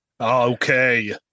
Okay